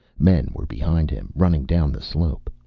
men were behind him, running down the slope.